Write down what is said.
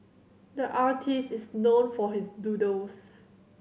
the artist is known for his doodles